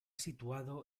situado